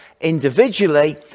individually